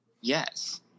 Yes